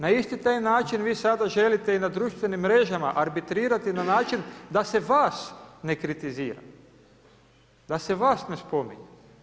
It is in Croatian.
Na isti taj način vi sada želite i na društvenim mrežama arbitrirati na način da se vas ne kritizira, da se vas ne spominje.